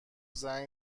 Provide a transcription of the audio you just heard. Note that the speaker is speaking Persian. زنگ